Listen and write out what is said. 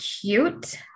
cute